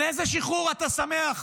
על איזה שחרור אתה שמח,